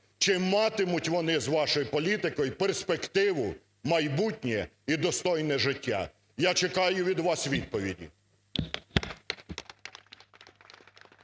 Чи матимуть вони з вашою політикою перспективу, майбутнє і достойне життя? Я чекаю від вас відповіді.